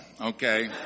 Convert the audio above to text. Okay